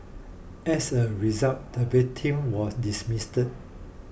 as a result the victim was dismissed